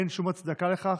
אין שום הצדקה לכך.